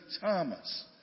Thomas